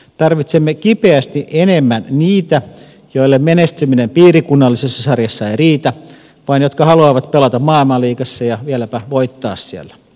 tarvitsemme kipeästi enemmän niitä joille menestyminen piirikunnallisessa sarjassa ei riitä vaan jotka haluavat pelata maailmanliigassa ja vieläpä voittaa siellä